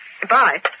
Goodbye